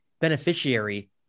beneficiary